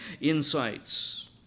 insights